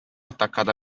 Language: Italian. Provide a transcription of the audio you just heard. attaccata